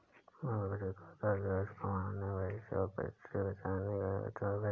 मूल बचत खाता ब्याज कमाने और पैसे बचाने का एक अच्छा परिचय है